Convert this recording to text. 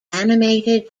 animated